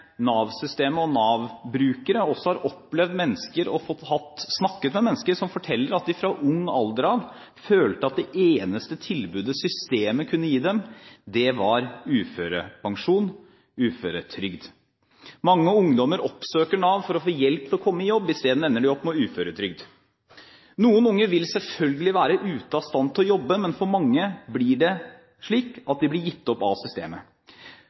Nav-systemet og Nav-brukere, også har snakket med mennesker som forteller at de fra ung alder av følte at det eneste tilbudet systemet kunne gi dem, var uførepensjon, uføretrygd. Mange ungdommer oppsøker Nav for å få hjelp til å komme i jobb. I stedet ender de opp på uføretrygd. Noen unge vil selvfølgelig være ute av stand til å jobbe, men mange blir gitt opp av systemet.